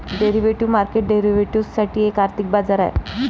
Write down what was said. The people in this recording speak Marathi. डेरिव्हेटिव्ह मार्केट डेरिव्हेटिव्ह्ज साठी एक आर्थिक बाजार आहे